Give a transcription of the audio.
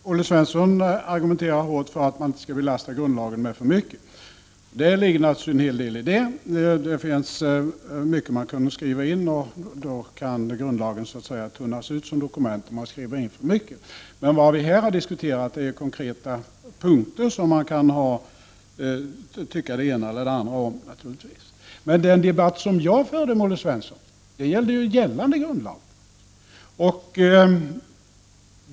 Fru talman! Olle Svensson argumenterar hårt för att man inte skall belasta grundlagen med för mycket. Det ligger naturligtvis en hel del i det resonemanget. Skriver man in för mycket, kan grundlagen tunnas ut som dokument. Vad vi här har diskuterat är konkreta punkter, där man naturligtvis kan tycka både det ena och det andra. Den debatt som jag förde med Olle Svensson avsåg ju gällande grundlag.